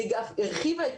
היא הרחיבה את